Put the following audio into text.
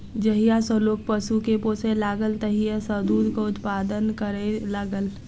जहिया सॅ लोक पशु के पोसय लागल तहिये सॅ दूधक उत्पादन करय लागल